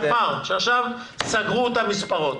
עכשיו סגרו את המספרות,